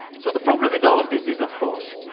so the problem with all of this is, of course,